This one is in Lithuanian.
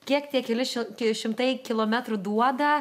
kiek tie keli šil šimtai kilometrų duoda